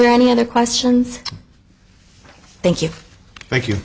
there any other questions thank you thank you